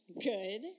Good